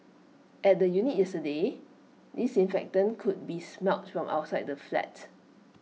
at the unit yesterday disinfectant could be smelt from outside the flat